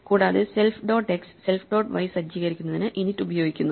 കൂടാതെ self dot x self dot y സജ്ജീകരിക്കുന്നതിന് init ഉപയോഗിക്കുന്നു